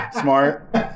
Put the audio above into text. Smart